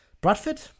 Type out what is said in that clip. Bradford